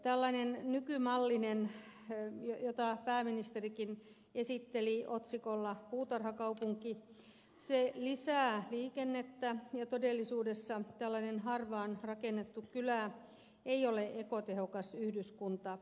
tällainen nykymallinen jota pääministerikin esitteli otsikolla puutarhakaupunki lisää liikennettä ja todellisuudessa tällainen harvaanrakennettu kylä ei ole ekotehokas yhdyskunta